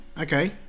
Okay